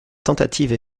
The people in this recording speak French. tentative